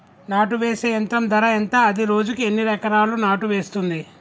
నాటు వేసే యంత్రం ధర ఎంత? అది రోజుకు ఎన్ని ఎకరాలు నాటు వేస్తుంది?